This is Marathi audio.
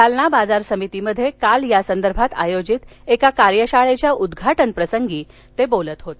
जालना बाजार समितीमध्ये काल या संदर्भात आयोजित एका कार्यशाळेच्या उद्घाटन प्रसंगी ते बोलत होते